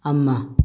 ꯑꯃꯥ